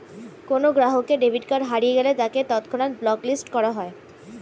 কোনো গ্রাহকের debit card হারিয়ে গেলে তাকে তৎক্ষণাৎ ব্লক লিস্ট করা হয়